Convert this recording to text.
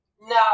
No